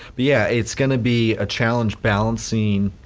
yeah it's gonna be a challenge balancing,